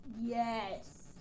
Yes